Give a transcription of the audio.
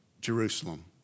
Jerusalem